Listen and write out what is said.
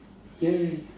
ya ya ya